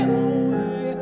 away